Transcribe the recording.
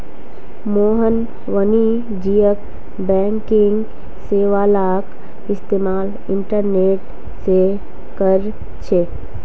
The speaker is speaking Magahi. मोहन वाणिज्यिक बैंकिंग सेवालाक इस्तेमाल इंटरनेट से करछे